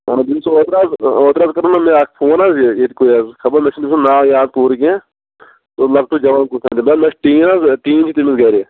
اَہَن حظ اوٗترٕ حظ اوٗترٕ حظ کران مےٚ اکھ فون حظ یہِ ییٚتہِ کُے خَبر حظ مےٚ چھُنہٕ تٔمۍ سُنٛد ناو پوٗرٕ یاد کیٚنٛہہ سُہ اوس لۅکٹُے جَوان کُس تام دَپان مےٚ چھُ ٹیٖن حظ ٹیٖن چھُ تٔمِس گَرِ